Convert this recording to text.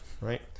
right